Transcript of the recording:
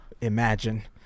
imagine